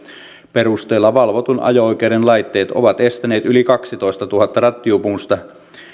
perusteella valvotun ajo oikeuden laitteet ovat estäneet yli kaksitoistatuhatta rattijuopumusta